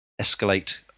escalate